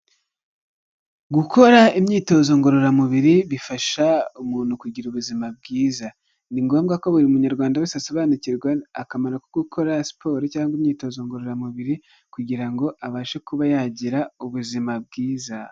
Gukora imyitozo ngororamubiri bifasha umuntu kugira ubuzima bwiza. Ni ngombwa ko buri munyarwanda wese asobanukirwa akamaro ko gukora siporo cyangwa imyitozo ngororamubiri, kugira ngo abashe kuba yagira ubuzima bwiza.